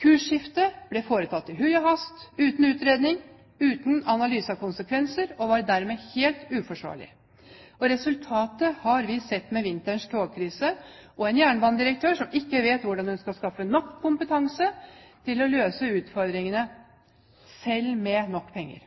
Kursskiftet ble foretatt i hui og hast, uten utredning, uten analyse av konsekvenser, og var dermed helt uforsvarlig. Resultatet har vi sett med vinterens togkrise, og en jernbanedirektør som ikke vet hvordan hun skal skaffe nok kompetanse til å løse utfordringene selv med nok penger.